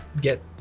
get